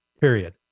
period